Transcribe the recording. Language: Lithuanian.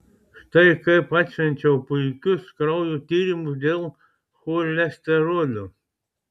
štai kaip atšvenčiau puikius kraujo tyrimus dėl cholesterolio